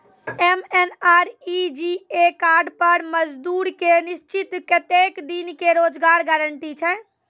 MNREGA card पर मजदुर के निश्चित कत्तेक दिन के रोजगार गारंटी छै?